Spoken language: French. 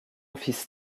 fils